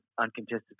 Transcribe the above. uncontested